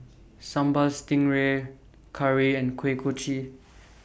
Sambal Stingray Curry and Kuih Kochi